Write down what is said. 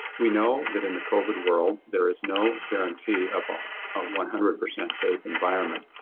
we know that in the covid world there is no guarantee of um of one hundred percent safe environment.